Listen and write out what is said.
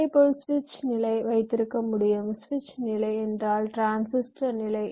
இதேபோல் சுவிட்ச் நிலை வைத்திருக்க முடியும் சுவிட்ச் நிலை என்றால் டிரான்சிஸ்டர் நிலை